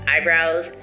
eyebrows